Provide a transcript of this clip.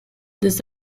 this